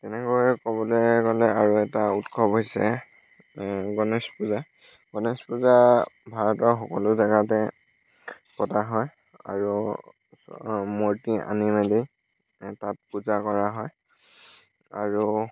তেনেদৰে ক'বলৈ গ'লে আৰু এটা উৎসৱ হৈছে গণেশ পূজা গণেশ পূজা ভাৰতৰ সকলো জেগাতে পতা হয় আৰু মুৰ্তি আনি মেলি তাত পূজা কৰা হয় আৰু